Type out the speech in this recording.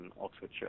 Oxfordshire